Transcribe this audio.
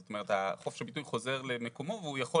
זאת אומרת חופש הביטוי חוזר למקומו והוא יכול